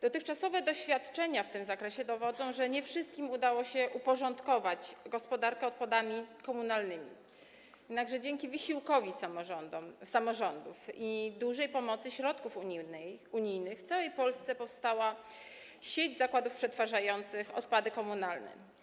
Dotychczasowe doświadczenia w tym zakresie dowodzą, że nie wszystkim udało się uporządkować gospodarkę odpadami komunalnymi, jednakże dzięki wysiłkowi samorządów i dużej pomocy ze środków unijnych w całej Polsce powstała sieć zakładów przetwarzających odpady komunalne.